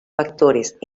factores